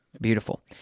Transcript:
beautiful